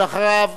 ואחריו,